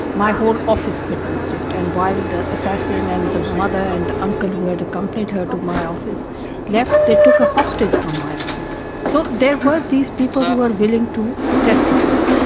my whole office witnessed it, and while the assassin and the mother and the uncle who had accompanied her to my office left, they took a hostage from my office. so there were these people who were willing to testify.